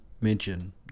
mention